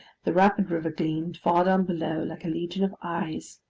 the rapid river gleamed, far down below, like a legion of eyes.